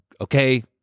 okay